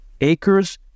acres